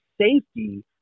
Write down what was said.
safety